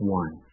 one